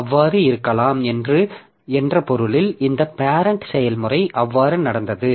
அவ்வாறு இருக்கலாம் என்ற பொருளில் இந்த பேரெண்ட் செயல்முறை அவ்வாறு நடந்தது